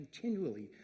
continually